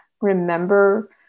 remember